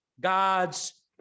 god's